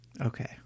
okay